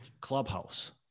Clubhouse